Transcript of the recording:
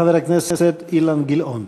חבר הכנסת אילן גילאון.